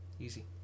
Easy